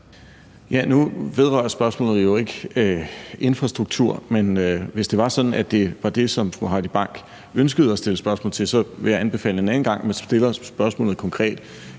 Nu vedrører spørgsmålet jo ikke infrastruktur, men hvis det var sådan, det var det, som fru Heidi Bank ønskede at stille spørgsmål om, vil jeg anbefale, at man en anden gang stiller spørgsmålet konkret